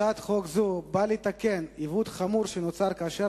הצעת החוק נועדה לתקן עיוות חמור שנוצר כאשר